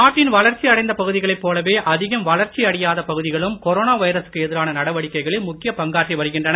நாட்டின் வளர்ச்சி அடைந்த பகுதிகளைப் போலவே அதிகம் வளர்ச்சி அடையாத பகுதிகளும் கொரோனா வைரசுக்கு எதிரான நடவடிக்கைகளில் முக்கியப் பங்காற்றி வருகின்றன